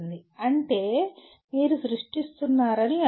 అంటే మీరు సృష్టిస్తున్నారని అర్థం